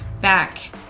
back